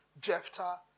Jephthah